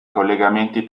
collegamenti